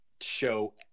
show